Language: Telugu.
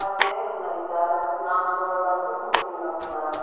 పదివేలు ఉన్నాయి సార్ మాకు డబ్బులు ముఖ్యం కాదు సార్